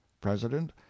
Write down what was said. President